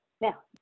Now